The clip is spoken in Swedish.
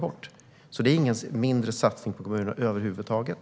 Det är inte någon mindre satsning på kommunerna över huvud taget.